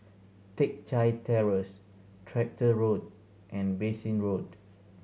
Teck Chye Terrace Tractor Road and Bassein Road